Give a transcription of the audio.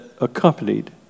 accompanied